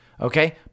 okay